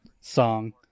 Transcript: song